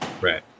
Right